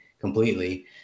completely